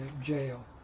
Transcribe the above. jail